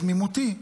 בתמימותי,